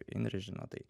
indrė žino tai